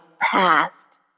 past